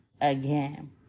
again